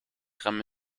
für